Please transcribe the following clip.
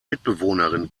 mitbewohnerin